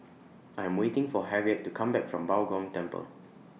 I Am waiting For Harriet to Come Back from Bao Gong Temple